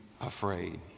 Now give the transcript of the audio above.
afraid